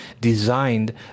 designed